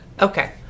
okay